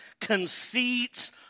conceits